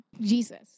Jesus